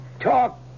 Talk